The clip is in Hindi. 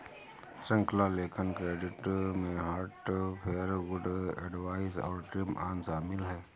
श्रृंखला लेखन क्रेडिट में हार्ट अफेयर, गुड एडवाइस और ड्रीम ऑन शामिल हैं